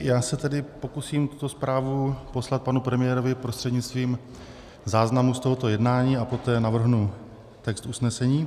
Já se tedy pokusím tuto zprávu poslat panu premiérovi prostřednictvím záznamu z tohoto jednání a poté navrhnu text usnesení.